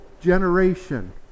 generation